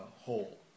whole